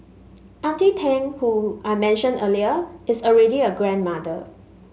auntie Tang who I mentioned earlier is already a grandmother